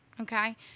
okay